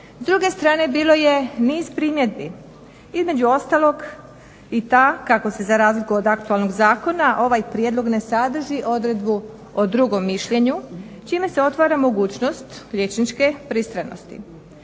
S druge strane bilo je niz primjedbi, između ostalog i ta kako se za razliku od aktualnog zakona ovaj prijedlog ne sadrži odredbu o drugom mišljenju čime se otvara mogućnost liječničke pristranosti.